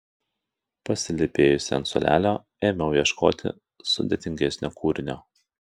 pasilypėjusi ant suolelio ėmiau ieškoti sudėtingesnio kūrinio